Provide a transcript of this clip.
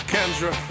Kendra